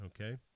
Okay